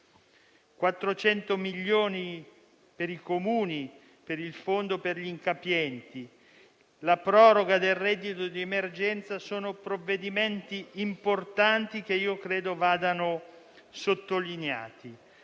400 milioni per i Comuni, per il fondo per gli incapienti e la proroga del reddito di emergenza sono provvedimenti importanti che credo vadano sottolineati: